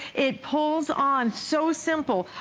it pulls on so simple.